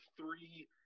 three